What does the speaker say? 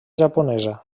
japonesa